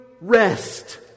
rest